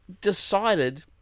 decided